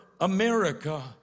America